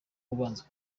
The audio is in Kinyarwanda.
ubanza